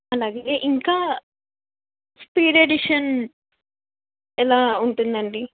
అలాగే ఇంకా speed edition ఎలా ఉంటుంది అండి